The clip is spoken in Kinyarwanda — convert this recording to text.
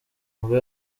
nibwo